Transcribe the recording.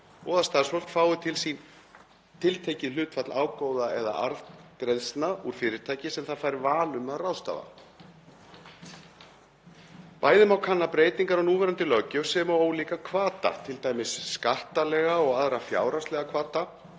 og að starfsfólk fái til sín tiltekið hlutfall ágóða eða arðgreiðslna úr fyrirtæki sem það fær val um að ráðstafa. Bæði má kanna breytingar á núverandi löggjöf sem og ólíka hvata, t.d. skattalega og aðra fjárhagslega hvata,